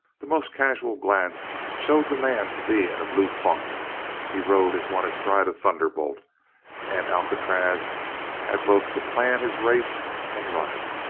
the most casual glance showed the man to be in a blue funk he rode as one astride a thunderbolt and alcatraz had both to plan his race and run it.